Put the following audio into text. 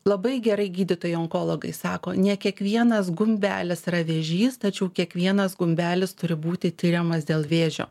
labai gerai gydytojai onkologai sako ne kiekvienas gumbelis yra vėžys tačiau kiekvienas gumbelis turi būti tiriamas dėl vėžio